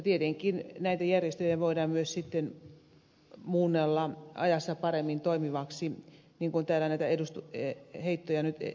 tietenkin näitä järjestöjä voidaan myös sitten muunnella ajassa paremmin toimiviksi niin kun täällä näitä heittoja nyt esitettiin